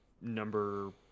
number